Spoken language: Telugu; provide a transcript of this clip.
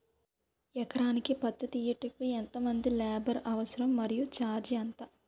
ఎకరానికి పత్తి తీయుటకు ఎంత మంది లేబర్ అవసరం? మరియు ఛార్జ్ ఎంత?